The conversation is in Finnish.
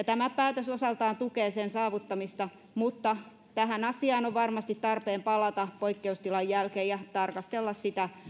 tämä päätös osaltaan tukee sen saavuttamista mutta tähän asiaan on varmasti tarpeen palata poikkeustilan jälkeen ja tarkastella sitä